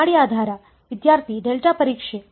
ನಾಡಿ ಆಧಾರ ವಿದ್ಯಾರ್ಥಿ ಡೆಲ್ಟಾ ಪರೀಕ್ಷೆ